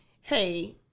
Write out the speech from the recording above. hey